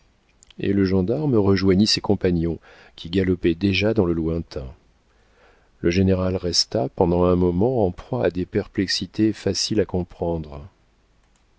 et le gendarme rejoignit ses compagnons qui galopaient déjà dans le lointain le général resta pendant un moment en proie à des perplexités faciles à comprendre